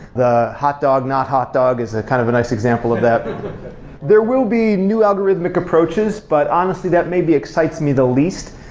the hotdog, not hotdog is a kind of nice example of that there will be new algorithmic approaches, but honestly that maybe excites me the least.